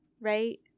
right